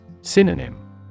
Synonym